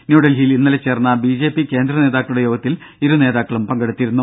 ന്യൂഡൽഹിയിൽ ഇന്നലെ ചേർന്ന ബിജെപി കേന്ദ്രനേതാക്കളുടെ യോഗത്തിൽ ഇരുനേതാക്കളും പങ്കെടുത്തിരുന്നു